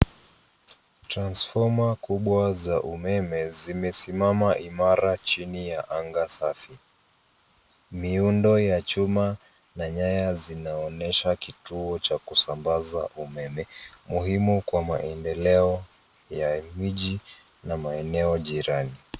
Transfoma kubwa za umeme zimesimama imara chini ya anga safi. Miundo ya chuma na nyaya zinaonyesha kituo cha kusambaza umeme, muhimu kwa maendeleo ya mji na maeneo jirani.